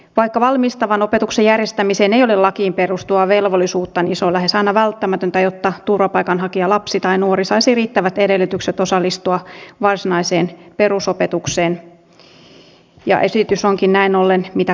vaikka valmistavan opetuksen järjestämiseen ei ole lakiin perustuvaa velvollisuutta se on lähes aina välttämätöntä jotta turvapaikanhakijalapsi tai nuori saisi riittävät edellytykset osallistua varsinaiseen perusopetukseen ja esitys onkin näin ollen mitä kannatettavin